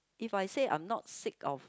if I say I'm not sick of